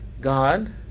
God